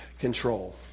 control